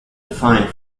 defined